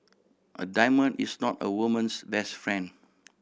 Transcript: a diamond is not a woman's best friend